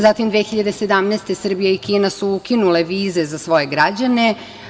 Zatim, 2017. godine Srbija i Kina su ukinule vize za svoje građane.